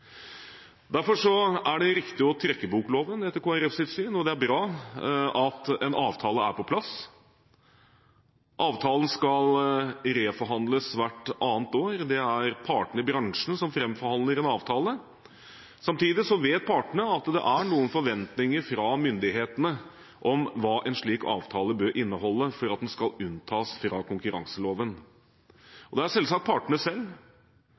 Derfor er det riktig å trekke bokloven, etter Kristelig Folkepartis syn, og det er bra at en avtale er på plass. Avtalen skal reforhandles hvert annet år. Det er partene i bransjen som framforhandler en avtale. Samtidig vet partene at det er noen forventninger fra myndighetene om hva en slik avtale bør inneholde for at den skal unntas fra konkurranseloven. Det er selvsagt partene selv